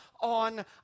on